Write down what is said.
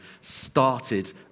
started